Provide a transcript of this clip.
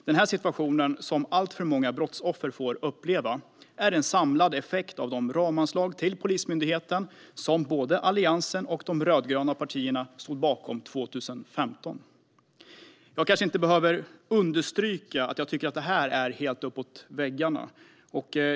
Denna situation, som alltför många brottsoffer får uppleva, är en samlad effekt av de ramanslag till Polismyndigheten som både Alliansen och de rödgröna partierna stod bakom 2015. Jag kanske inte behöver understryka att jag tycker att detta är helt uppåt väggarna.